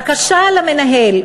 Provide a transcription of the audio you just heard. בקשה למנהל,